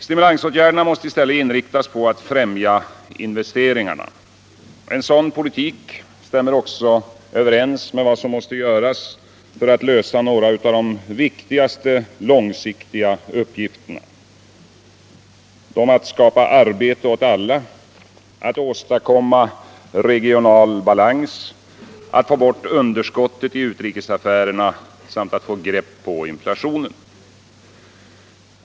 Stimulansåtgärderna måste i stället inriktas på att främja investeringarna. En sådan politik stämmer också överens med vad som behöver göras för att lösa några av de viktigaste långsiktiga uppgifterna: att skapa arbete åt alla, att åstadkomma regional balans, att få bort underskottet i utrikesaffärerna samt att få grepp på inflationen.